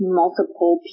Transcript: multiple